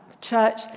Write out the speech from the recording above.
church